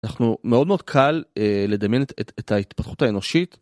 אנחנו מאוד מאוד קל לדמיין את ההתפתחות האנושית.